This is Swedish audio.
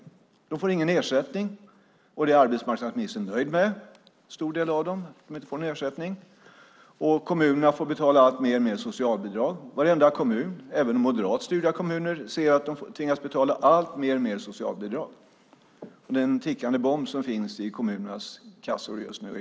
En stor del av dem får ingen ersättning, och det är arbetsmarknadsministern nöjd med. Kommunerna får betala alltmer i socialbidrag. Varenda kommun, även moderat styrda kommuner, ser jag tvingas betala mer och mer i socialbidrag. Det är en tickande bomb som finns i kommunernas ekonomier just nu.